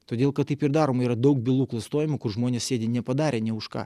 todėl kad taip ir daroma yra daug bylų klastojima kur žmonės sėdi nepadarę nė už ką